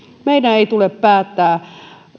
meidän ei tule päättää